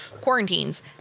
quarantines